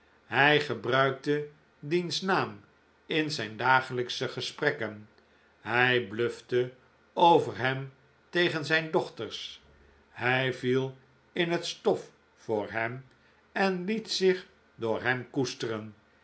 hij gebruikte diens naam in zijn dagelijksche gesprekken hij blufte over hem tegen zijn dochters hij viel in het stof voor hem en liet zich door hem koesteren